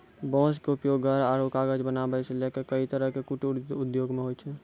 बांस के उपयोग घर आरो कागज बनावै सॅ लैक कई तरह के कुटीर उद्योग मॅ होय छै